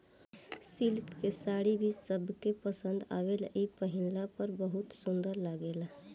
silk के साड़ी भी सबके पसंद आवेला इ पहिनला पर बहुत सुंदर लागेला